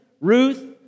Ruth